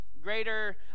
greater